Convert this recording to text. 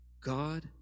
God